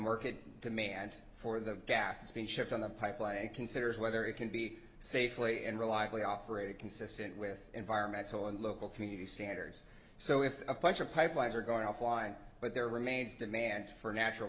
market demand for the gas being shipped on the pipeline and considers whether it can be safely and reliably operated consistent with environmental and local community standards so if a bunch of pipelines are going offline but there remains demand for natural